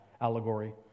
allegory